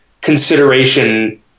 consideration